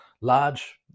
large